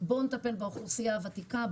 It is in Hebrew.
בואו נטפל באוכלוסייה הוותיקה,